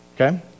Okay